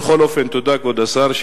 בכל אופן, תודה, כבוד השר.